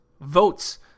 votes